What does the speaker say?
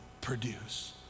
produce